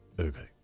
Okay